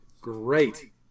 Great